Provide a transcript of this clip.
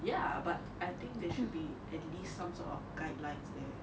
ya but I think there should be at least some sort of guidelines there